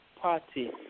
party